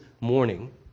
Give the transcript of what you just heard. morning